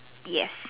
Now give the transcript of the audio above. yes